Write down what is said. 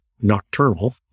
nocturnal